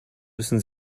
müssen